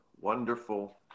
wonderful